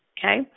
Okay